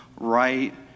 right